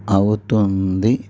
అవుతుంది